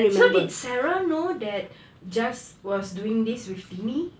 so did sarah know that jas was doing this with tini